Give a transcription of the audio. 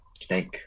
snake